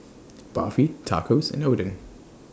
Barfi Tacos and Oden